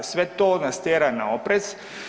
Sve to nas tjera na oprez.